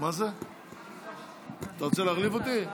אתה רוצה להחליף אותי?